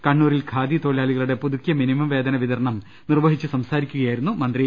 കണ്ണൂ രിൽ ഖാദി തൊഴിലാളികളുടെ പുതുക്കിയ മിനിമം വേതന വിതരണം നിർവഹിച്ച് സംസാരിക്കുകയായിരുന്നു മന്ത്രി